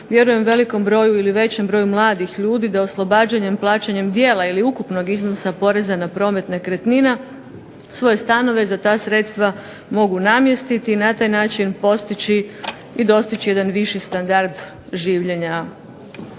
vjerujem velikom broju ili većem broju mladih ljudi da oslobađanjem plaćanja dijela ili ukupnog iznosa poreza na promet nekretnina svoje stanove za ta sredstva mogu namjestiti, na taj način postići i dostići jedan viši standard življenja.